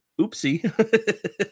oopsie